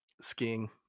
Skiing